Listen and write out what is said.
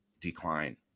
decline